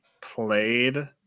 played